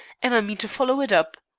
and i mean to follow it up.